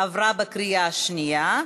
עברה בקריאה השנייה.